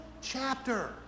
chapter